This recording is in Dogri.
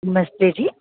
नमस्ते जी